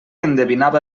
endevinava